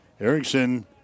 Erickson